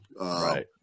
Right